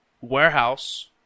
warehouse